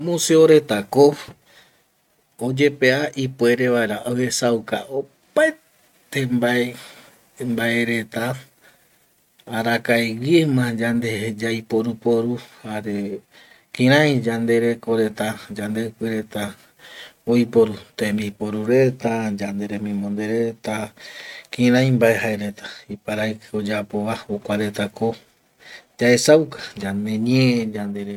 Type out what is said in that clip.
Museo retako oyepea ipuere vaera oesauka opaete mbae mbae reta arakaeguiema yande yaiporu poru jare kirai yandereko reta yandeipi reta oiporu tembiporu reta yande remimonde reta kirfai mbae jaereta iparaiki oyapova jokua retako yaesauka yande ñee yandereko